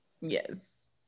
yes